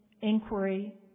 inquiry